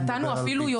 נתנו אפילו יותר.